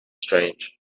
strange